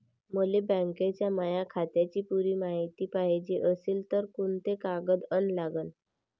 मले बँकेच्या माया खात्याची पुरी मायती पायजे अशील तर कुंते कागद अन लागन?